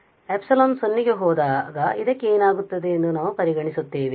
ಆದ್ದರಿಂದ ε 0 ಗೆ ಹೋದಾಗ ಇದಕ್ಕೆ ಏನಾಗುತ್ತದೆ ಎಂದು ನಾವು ಪರಿಗಣಿಸುತ್ತೇವೆ